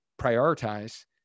prioritize